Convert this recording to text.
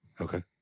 Okay